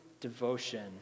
devotion